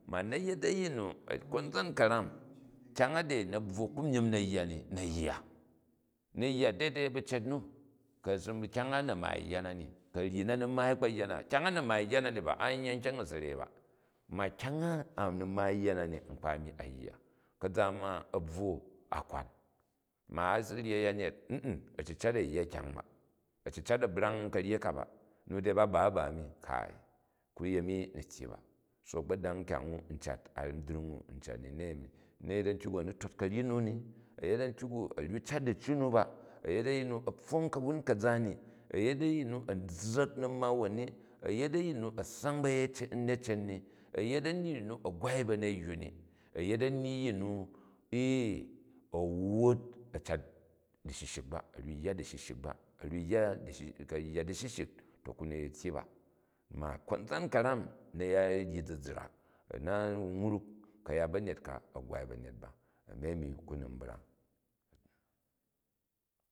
Ma na̱ yet ayin nu konzan ka̱ram kya̱ny a dei na bvwo ku myim na̱ yya ni, na̱ yya, na̱ yya daidai bu cet ni. Ku a̱ shim bu kyang a na maai yya na ni. Ku̱ a̱ ryi na̱ ni maai kpo yya na, kyang a na̱ maai kpo yya na, kyang a na̱ maai yya na ni ba, an yya nkyang a sarei ba, ma kyany a, ani maai yya na ni nkpa ami ayya ka̱za ma a bvwo a kwam. Ma a si rip aya nyat ee a̱ cicat a̱ yya kyang ba, a cicat a̱ brang karyi ka ba, se dei ba ba ni kaai uyemi ni tyyi ba. So a̱gbodany kyang u u cat a ambyring u u cat wi u nayemi, na̱ yet a̱ntyoru a ni tot karyi nu ni, gu yet antyok, a̱ rgok cat diccu nu ba, a̱ yet a̱yin nu, a̱ pfong ka̱wu, kaza ni, a̱ yet a̱yin nu azza̱k na̱mawon ni, a̱ yet a̱ ssang ba̱necen ni, a̱ yet a̱yin nu a̱ a̱ qwai da̱neywu ni, a̱ yet a̱yin nu ee, a̱ wwut, a cat dishishik ba, a̱ ryok yya dishishik ba, a̱ ryok yya dishishik, ku a̱ yya dishishik to kuni tyyi ba. Ma konzan karam na̱ ryi zizrak, a̱ na n wruk ka̱yat ba̱nyet ka, a gwai ba̱nyet ba a̱mi a̱mi kuni u bray.